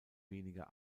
weniger